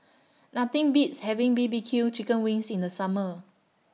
Nothing Beats having B B Q Chicken Wings in The Summer